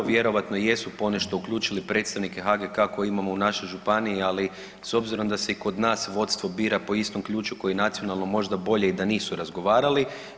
Vjerojatno jesu ponešto uključili predstavnike HGK-a koje imamo u našoj županiji, ali s obzirom da se i kod nas vodstvo bira po istom ključu kao i nacionalno možda bolje i da nisu razgovarali.